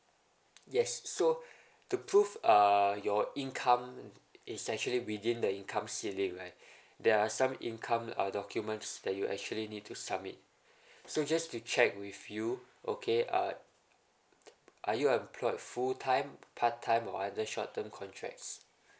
yes so to prove uh your income is actually within the income ceiling right there are some income uh documents that you actually need to submit so just to check with you okay uh are you employed full time part time or other short term contracts